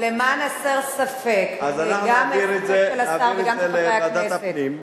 אז אנחנו נעביר את זה לוועדת הפנים,